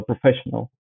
professional